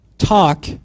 talk